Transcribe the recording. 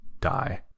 die